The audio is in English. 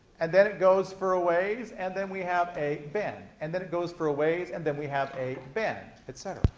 and then it goes for a ways and then we have a bend. and then it goes for a ways and then we have a bend, etc.